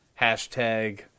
hashtag